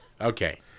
Okay